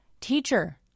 Teacher